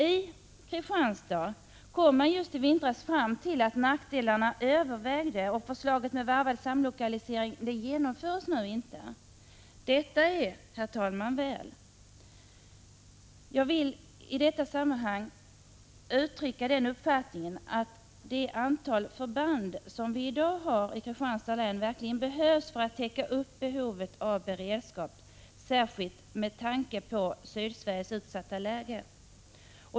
I Kristianstad kom man just i vintras fram till att nackdelarna övervägde, och förslaget med varvad samlokalisering genomförs inte nu. Detta är, herr talman, väl. Jag vill i detta sammanhang uttrycka den uppfattningen att det antal förband som vi i dag har i Kristianstads län verkligen behövs för att täcka behovet av beredskap särskilt med tanke på Sydsveriges utsatta läge.